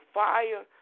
fire